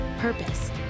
purpose